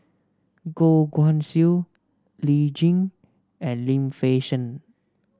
Goh Guan Siew Lee Tjin and Lim Fei Shen